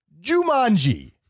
Jumanji